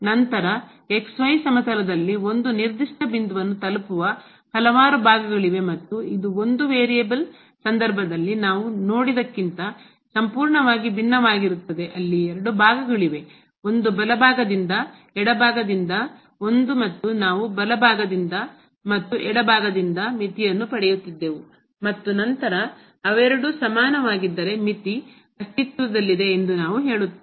ನಂತರ xy ಸಮತಲದಲ್ಲಿ ಒಂದು ನಿರ್ದಿಷ್ಟ ಬಿಂದುವನ್ನು ತಲುಪುವ ಹಲವಾರು ಭಾಗಗಳಿವೆ ಮತ್ತು ಇದು ಒಂದು ವೇರಿಯೇಬಲ್ ಸಂದರ್ಭದಲ್ಲಿ ನಾವು ನೋಡಿದಕ್ಕಿಂತ ಸಂಪೂರ್ಣವಾಗಿ ಭಿನ್ನವಾಗಿರುತ್ತದೆ ಅಲ್ಲಿ ಎರಡು ಭಾಗಗಳಿವೆ ಒಂದು ಬಲಭಾಗದಿಂದ ಎಡಭಾಗದಿಂದ ಒಂದು ಮತ್ತು ನಾವು ಬಲಭಾಗದಿಂದ ಮತ್ತು ಎಡಭಾಗದಿಂದ ಮಿತಿಯನ್ನು ಪಡೆಯುತ್ತಿದ್ದೆವು ಮತ್ತು ನಂತರ ಅವೆರಡೂ ಸಮಾನವಾಗಿದ್ದರೆ ಮಿತಿ ಅಸ್ತಿತ್ವದಲ್ಲಿದೆ ಎಂದು ನಾವು ಹೇಳುತ್ತೇವೆ